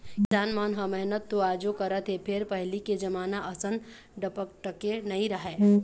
किसान मन ह मेहनत तो आजो करत हे फेर पहिली के जमाना असन डपटके नइ राहय